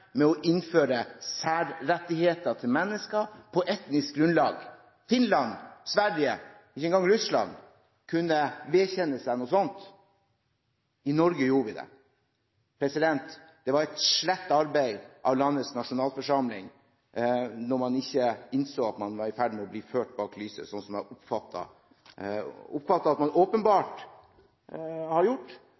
med å innføre særrettigheter for mennesker på etnisk grunnlag. Verken Finland eller Sverige – og ikke engang Russland – kunne vedkjenne seg noe sånt. I Norge gjorde vi det. Det var et slett arbeid av landets nasjonalforsamling, da man ikke innså at man var i ferd med å bli ført bak lyset, slik jeg oppfatter at man åpenbart